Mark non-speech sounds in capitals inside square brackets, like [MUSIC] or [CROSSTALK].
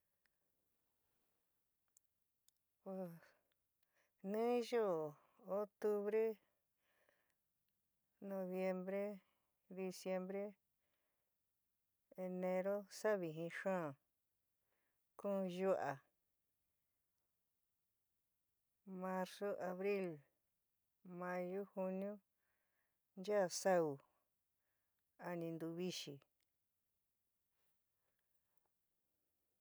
[UNINTELLIGIBLE] nii yoó octubre, noviembre, diciembre. enero sa vɨjin xaán, kuún yu'a ;marzu, abril, mayu, juniu nchaá saú a nin ntuvixɨ.